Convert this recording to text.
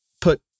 put